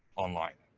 online.